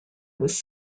was